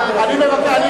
זה מה שהבאתם.